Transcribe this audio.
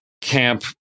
camp